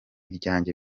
ryanjye